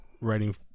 writing